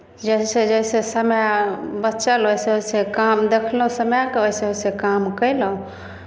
जैसे जैसे समय बचल वैसे वैसे काम देखलहुँ समयके वैसे वैसे काम कयलहुँ